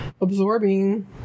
absorbing